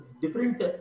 different